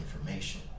information